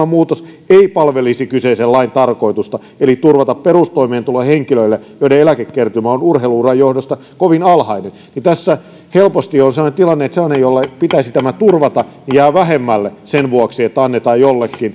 muutos ei palvelisi kyseisen lain tarkoitusta eli turvata perustoimeentulo henkilöille joiden eläkekertymä on urheilu uran johdosta kovin alhainen tässä helposti on sellainen tilanne että sellainen jolle pitäisi tämä turvata jää vähemmälle sen vuoksi että annetaan jollekin